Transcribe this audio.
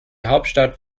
hauptstadt